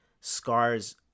Scar's